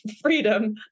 freedom